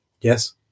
Yes